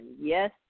yes